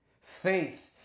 Faith